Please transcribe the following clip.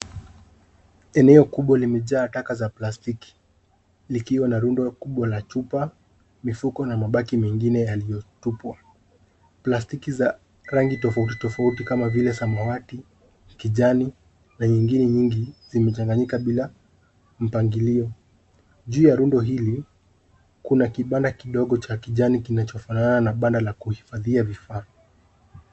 Eneo kubwa limejaa taka za plastiki likiwa na rundo kubwa la chupa, mifuko na mabaki mengine yaliyotupwa , plastiki za rangi tofauti tofauti kama vile za samawati , kijani na nyingine nyingi zimechanganyika bila mpangilio, juu ya rundo hili kuna kibanda kidogo cha kijani kinachofanana na banda la kuhifadhia vifaa.